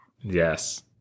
yes